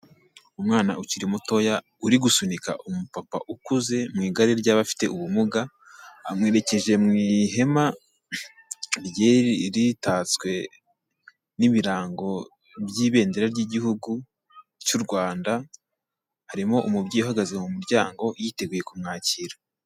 Umwana ukiri mutoya uri gusunika umupapa ukuze mu igare ry'abafite ubumuga, amwerekeje mu ihema rigiye ritatswe n'ibirango by'ibendera ry'igihugu cy'u Rwanda, harimo umubyeyi uhagaze mu muryango yiteguye kumwakira.